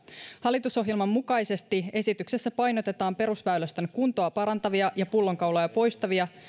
hallitusohjelman mukaisesti esityksessä painotetaan perusväylästön kuntoa parantavia ja pullonkauloja poistavia